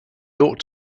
ought